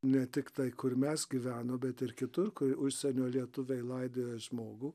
ne tiktai kur mes gyveno bet ir kitur kur užsienio lietuviai laidojo žmogų